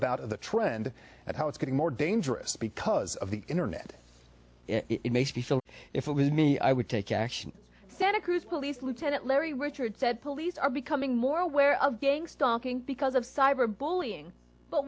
about of the trend and how it's getting more dangerous because of the internet it makes me feel if it was me i would take action santa cruz police lieutenant larry richard said police are becoming more aware of gang stalking because of cyber bullying but